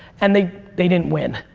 and they they didn't win.